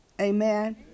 Amen